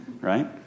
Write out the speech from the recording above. right